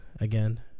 again